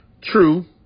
True